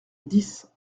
dix